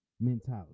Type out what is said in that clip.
mentality